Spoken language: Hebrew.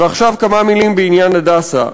ועכשיו כמה מילים בעניין "הדסה".